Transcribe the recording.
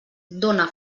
dóna